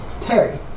Terry